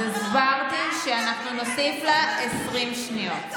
הסברתי שאנחנו נוסיף לה 20 שניות.